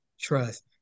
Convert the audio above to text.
trust